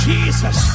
Jesus